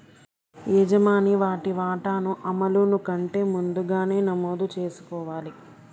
యజమాని వాటి వాటాను అమలును కంటే ముందుగానే నమోదు చేసుకోవాలి